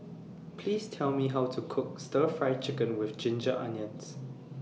Please Tell Me How to Cook Stir Fry Chicken with Ginger Onions